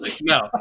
No